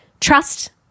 trust